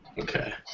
Okay